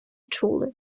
чули